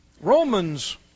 Romans